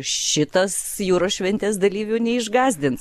šitas jūros šventės dalyvių neišgąsdins